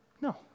No